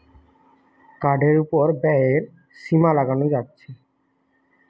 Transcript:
কার্ডের উপর ব্যয়ের সীমা লাগানো যাচ্ছে